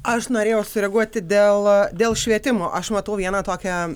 aš norėjau sureaguoti dėl dėl švietimo aš matau vieną tokią